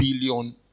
billion